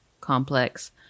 complex